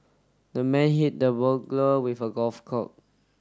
the man hit the burglar with a golf